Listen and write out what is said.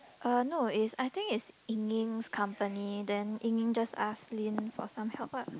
uh no it's I think it's Ying-Ying's company then Ying-Ying just ask Lin for some help lah